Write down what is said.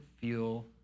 feel